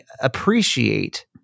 appreciate